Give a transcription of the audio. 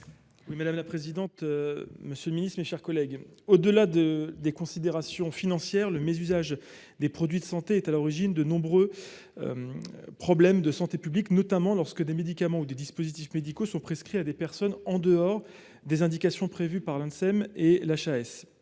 est ainsi libellé : La parole est à M. Xavier Iacovelli. Au delà des considérations financières, le mésusage des produits de santé est à l’origine de nombreux problèmes de santé publique, notamment lorsque des médicaments ou des dispositifs médicaux sont prescrits à des personnes en dehors des indications prévues par l’ANSM ou la HAS.